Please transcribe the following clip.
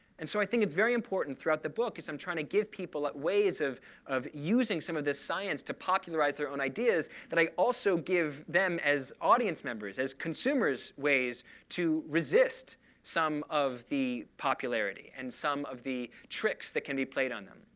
and so i think it's very important throughout the book, as i'm trying to give people ways of of using some of this science to popularize their own ideas, that i also give them as audience members, as consumers, ways to resist some of the popularity and some of the tricks that can be played on them.